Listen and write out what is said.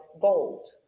gold